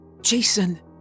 Jason